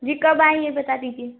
जी कब आएँगे बता दीजिए